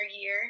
year